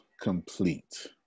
complete